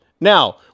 Now